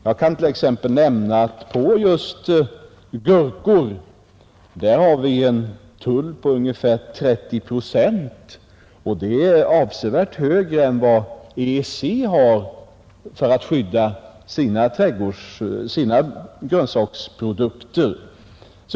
Jag kan som exempel nämna att just på gurkor har vi en tull av ungefär 30 procent, och det är avsevärt mer än vad EEC har för att skydda sina grönsaksprodukter.